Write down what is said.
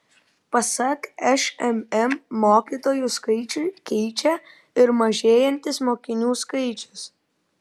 pasak šmm mokytojų skaičių keičia ir mažėjantis mokinių skaičius